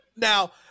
Now